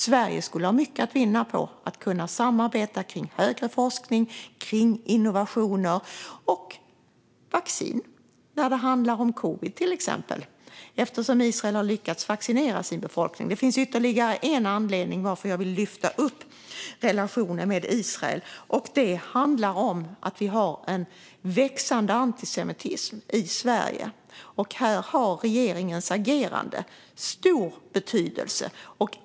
Sverige skulle ha mycket att vinna på att kunna samarbeta kring högre forskning, innovationer och vaccin, till exempel när det handlar om covid, eftersom Israel har lyckats vaccinera sin befolkning. Det finns ytterligare en anledning till att jag vill lyfta upp relationen med Israel. Det handlar om att vi har en växande antisemitism i Sverige. Här har regeringens agerande stor betydelse.